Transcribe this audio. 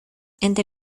entre